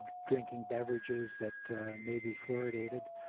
drinking beverages that may be fluoridated.